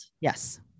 Yes